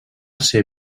ser